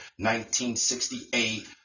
1968